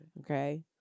okay